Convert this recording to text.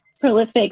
prolific